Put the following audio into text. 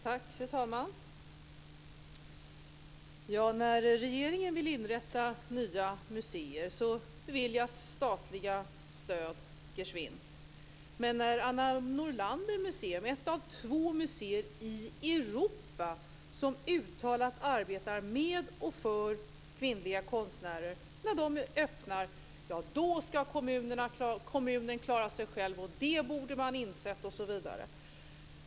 Fru talman! När regeringen vill inrätta nya museer beviljas statliga stöd geschwint. Men när Anna Nordlander Museum öppnar, ett av två museer i Europa som uttalat arbetar med och för kvinnliga konstnärer, ja, då ska kommunen klara sig själv: Det borde man ha insett.